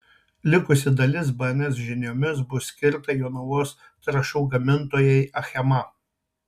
likusi dalis bns žiniomis bus skirta jonavos trąšų gamintojai achema